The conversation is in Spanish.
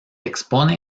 expone